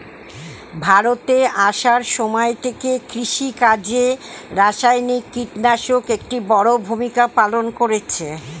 ভারতে আসার সময় থেকে কৃষিকাজে রাসায়নিক কিটনাশক একটি বড়ো ভূমিকা পালন করেছে